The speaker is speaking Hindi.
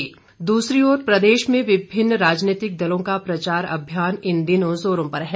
प्रचार दूसरी प्रदेश में विभिन्न राजनीतिक दलों प्रचार अभियान इन दिनों जोरों पर है